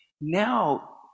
now